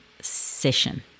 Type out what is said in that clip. session